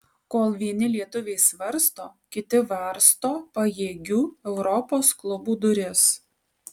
kol vieni lietuviai svarsto kiti varsto pajėgių europos klubų duris